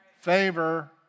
Favor